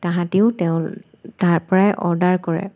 তাহাঁতিও তেওঁ তাৰপৰাই অৰ্ডাৰ কৰে